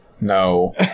No